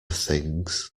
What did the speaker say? things